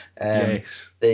Yes